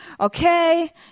Okay